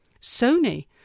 Sony